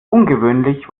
ungewöhnlich